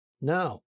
Now